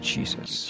Jesus